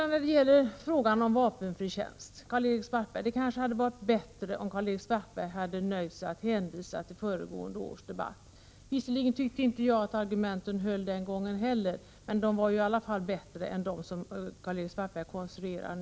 När det gäller frågan om vapenfri tjänst hade det kanske varit bättre om Karl-Erik Svartberg hade nöjt sig med att hänvisa till föregående års debatt. Visserligen tycker jag att argumenten inte höll den gången heller, men de var i alla fall bättre än dem som Karl-Erik Svartberg nu konstruerar.